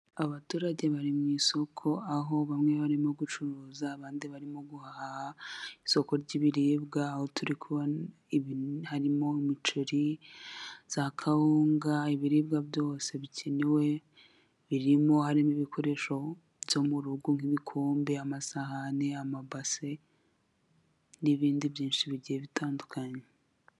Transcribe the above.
Abaturage bari mu isoko aho bamwe barimo gucuruza abandi barimo guhaha. Isoko ry'ibiribwa aho turi kubona harimo:imiceri, za kawunga, ibiribwa byose bikenewe birimo harimo ibikoresho byo mu rugo nk'ibikombe, amasahane, amabase n'ibindi byinshi bigiye bitandukanye.